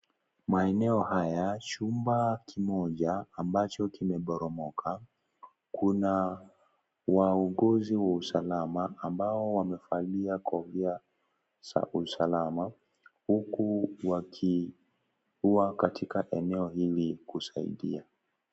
Maeneo haya. Chumba kimoja ambacho kimeboromoka. Kuna wauguzi wa usalama ambao wamevalia kofia za usalama. Huku wakiwa katika eneo hili kusaidia.